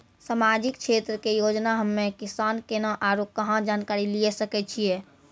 समाजिक क्षेत्र के योजना हम्मे किसान केना आरू कहाँ जानकारी लिये सकय छियै?